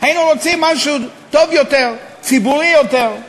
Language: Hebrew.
היינו רוצים משהו טוב יותר, ציבורי יותר.